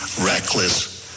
reckless